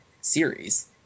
series